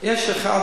אל תשכח.